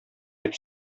дип